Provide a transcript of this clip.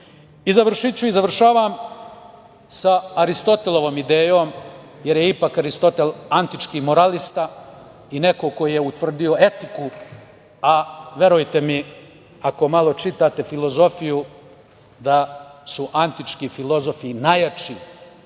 budućnost. Završiću i završavam sa Aristotelovom idejom, jer je ipak Aristotel antički moralista i neko ko je utvrdio etiku, a verujte mi, ako malo čitate filozofiju, da su antički filozofi najjači